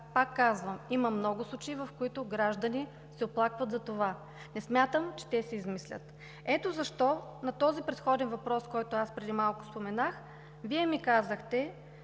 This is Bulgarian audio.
Пак казвам, има много случаи, в които граждани се оплакват за това. Не смятам, че те си измислят. Ето защо, на предходния въпрос, който преди малко споменах, Вие ми казахте,